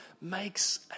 makes